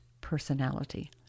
personality